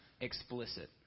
explicit